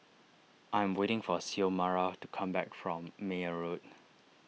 I am waiting for Xiomara to come back from Meyer Road